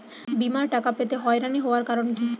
বিমার টাকা পেতে হয়রানি হওয়ার কারণ কি?